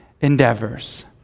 endeavors